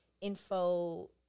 info